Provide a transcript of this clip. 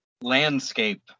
landscape